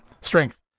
strength